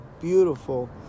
beautiful